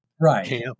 right